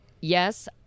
yes